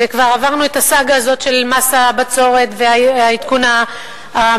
וכבר עברנו את הסאגה הזאת של מס הבצורת ועדכון המחירים,